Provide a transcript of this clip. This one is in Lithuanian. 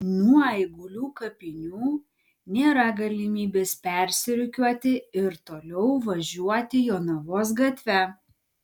nuo eigulių kapinių nėra galimybės persirikiuoti ir toliau važiuoti jonavos gatve